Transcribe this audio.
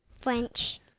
French